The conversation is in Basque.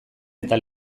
eta